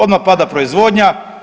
Odmah pada proizvodnja.